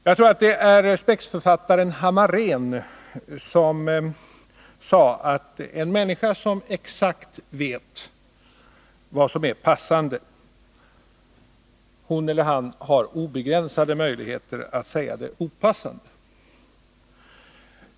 Jag tror att det är spexförfattaren Hammarén som sagt att en människa som exakt vet vad som är passande har obegränsade möjligheter att säga det opassande.